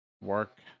Work